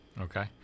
okay